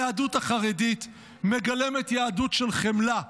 היהדות החרדית מגלמת יהדות של חמלה,